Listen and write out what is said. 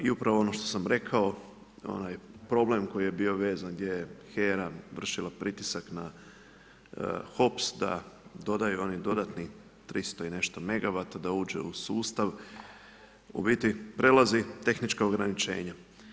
I upravo ono što sam rekao, onaj problem koji je bio vezan gdje je HERA vršila pritisak na HOPS da dodaju oni dodatni 300 i nešto megawata da uđe u sustav, u biti prelazi tehnička ograničenja.